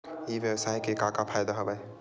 ई व्यवसाय के का का फ़ायदा हवय?